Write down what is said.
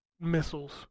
missiles